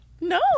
No